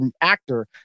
actor